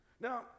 Now